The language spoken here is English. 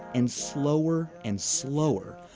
and slower, and slower,